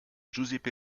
giuseppe